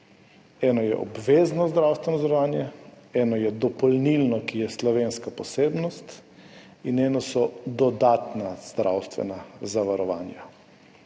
Eno je obvezno zdravstveno zavarovanje, eno je dopolnilno, ki je slovenska posebnost, in eno so dodatna zdravstvena zavarovanja.